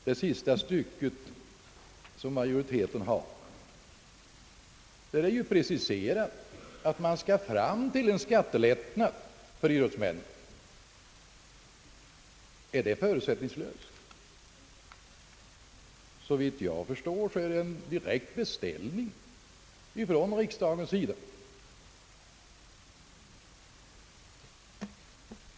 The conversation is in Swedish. Om jag kan läsa rätt innantill har majoriteten där klart och tydligt sagt, att den avser en skattelättnad för idrottsmännen. Är det förutsättningslöst? Såvitt jag förstår innebär skrivningen en direkt beställning från riksdagen sida.